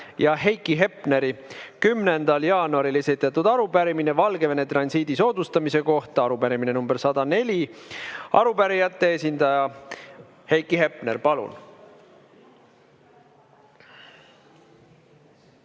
ja Heiki Hepneri 10. jaanuaril esitatud arupärimine Valgevene transiidi soodustamise kohta. Arupärimine nr 104. Arupärijate esindaja Heiki Hepner, palun!